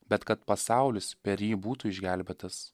bet kad pasaulis per jį būtų išgelbėtas